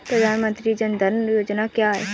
प्रधानमंत्री जन धन योजना क्या है?